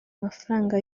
amafaranga